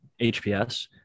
HPS